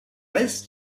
rest